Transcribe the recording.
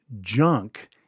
junk